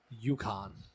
Yukon